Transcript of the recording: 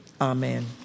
Amen